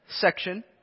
section